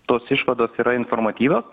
tos išvados yra informatyvios